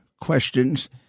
questions